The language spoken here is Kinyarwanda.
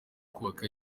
kubaka